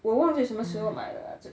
我忘记什么时候买的这个